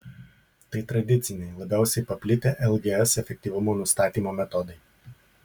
tai tradiciniai labiausiai paplitę lgs efektyvumo nustatymo metodai